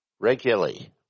regularly